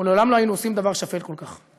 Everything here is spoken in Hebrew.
ולעולם לא היינו עושים דבר שפל כל כך.